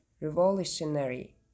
revolutionary